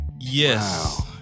Yes